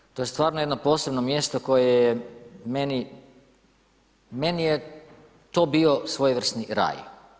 To je, to je stvarno jedno posebno mjesto koje je meni, meni je to bio svojevrsni raj.